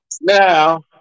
now